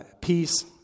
Peace